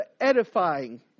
edifying